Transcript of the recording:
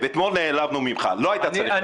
אתמול נעלבנו ממך, לא היית צריך לעשות את זה.